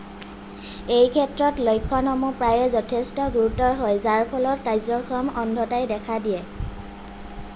এই ক্ষেত্ৰত লক্ষণসমূহ প্ৰায়ে যথেষ্ট গুৰুতৰ হয় যাৰ ফলত কাৰ্য্যক্ষম অন্ধতাই দেখা দিয়ে